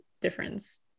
difference